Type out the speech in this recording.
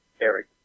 Eric